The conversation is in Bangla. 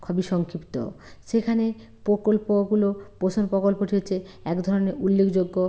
খুবই সংক্ষিপ্ত সেখানে প্রকল্পগুলো পোষণ প্রকল্পটি হচ্ছে এক ধরনের উল্লেখযোগ্য